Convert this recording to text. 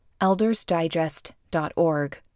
eldersdigest.org